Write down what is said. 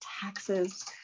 taxes